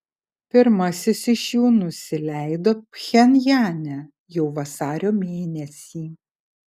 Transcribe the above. pirmasis iš jų nusileido pchenjane jau vasario mėnesį